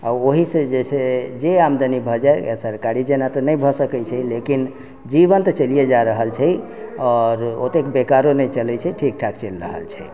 आओर ओहिसँ जे छै से जे आमदनी भऽ जाइए सरकारी जेना तऽ नहि भऽ सकै छै लेकिन जीवन तऽ चलिये जा रहल छै आओर ओतेक बेकारो नहि चलै छै ठीक ठाक चलि रहल छै